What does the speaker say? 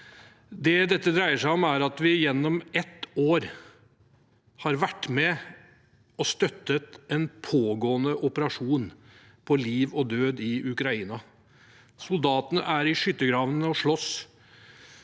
Det dette dreier seg om, er at vi gjennom ett år har vært med og støttet en pågående operasjon på liv og død i Ukraina. Soldatene er i skyttergravene og slåss,